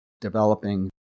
developing